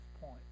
point